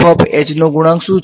half અને નો શું ગુણાંક છે